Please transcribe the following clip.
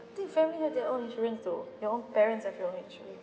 I think family have their own insurance though your parents have it actually